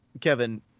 Kevin